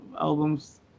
albums